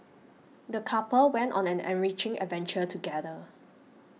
the couple went on an enriching adventure together